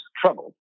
trouble